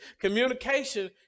Communication